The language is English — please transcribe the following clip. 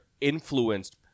influenced